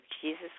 Jesus